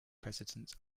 president